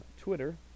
Twitter